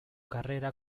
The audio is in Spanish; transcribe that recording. carrera